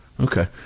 Okay